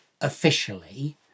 officially